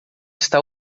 está